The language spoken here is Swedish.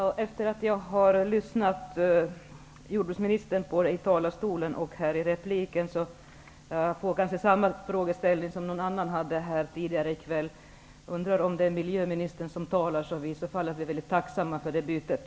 Herr talman! Efter att ha lyssnat på jordbruksministern, både på hans anförande och hans replik, ställer jag mig samma fråga som någon annan gjorde tidigare i kväll: Jag undrar om det är miljöministern som talar så vist, i så fall är vi väldigt tacksamma för det bytet.